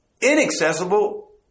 inaccessible